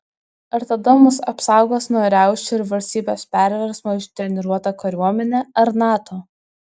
ar tada mus apsaugos nuo riaušių ir valstybės perversmo ištreniruota kariuomenė ar nato